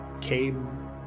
came